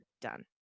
done